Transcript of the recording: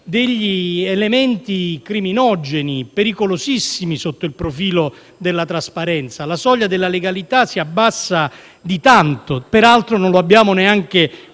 degli elementi criminogeni e pericolosissimi sotto il profilo della trasparenza. La soglia della legalità si abbassa di tanto. Peraltro, non abbiamo neanche